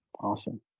Awesome